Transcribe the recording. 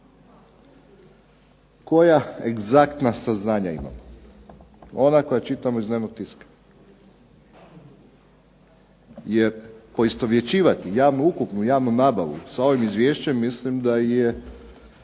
Koja egzaktna saznanja imam? Ona koja čitamo iz dnevnog tiska. Poistovjećivati javnu ukupnu javnu nabavu sa ovim izvješćem mislim da je